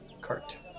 cart